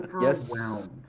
yes